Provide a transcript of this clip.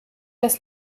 das